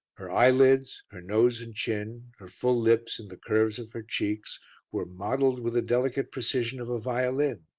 her eyelids, her nose and chin, her full lips and the curves of her cheeks were modelled with the delicate precision of a violin,